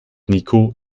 niko